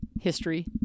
history